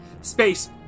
space